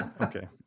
okay